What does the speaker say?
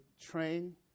train